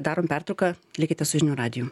darom pertrauką likite su žinių radiju